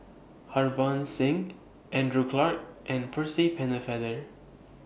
Harbans Singh Andrew Clarke and Percy Pennefather